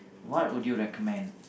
what would you recommend